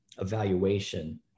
evaluation